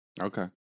Okay